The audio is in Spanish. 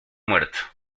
muerto